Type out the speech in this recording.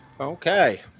Okay